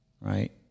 right